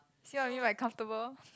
see what I mean by comfortable